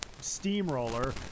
steamroller